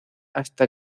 hasta